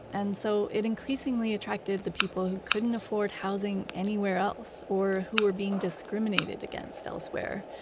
and so, it increasingly attracted the people who couldn't afford housing anywhere else or who were being discriminated against elsewhere.